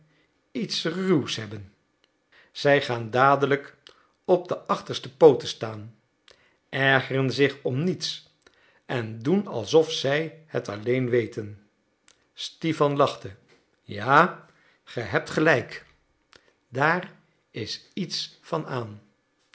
iets ruws hebben zij gaan dadelijk op de achterste pooten staan ergeren zich om niets en doen alsof zij het alleen weten stipan lachte ja ge hebt gelijk daar is iets van aan